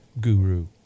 guru